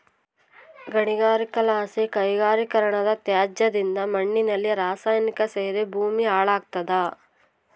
ಗಣಿಗಾರಿಕೆಲಾಸಿ ಕೈಗಾರಿಕೀಕರಣದತ್ಯಾಜ್ಯದಿಂದ ಮಣ್ಣಿನಲ್ಲಿ ರಾಸಾಯನಿಕ ಸೇರಿ ಭೂಮಿ ಹಾಳಾಗ್ತಾದ